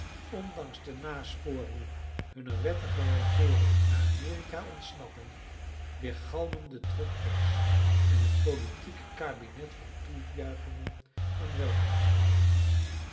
ondanks de nasporingen hunner wettige regeering naar amerika ontsnappen weergalmen de drukpers en het politieke kabinet van toejuichingen en welkomstgroeten